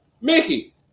Mickey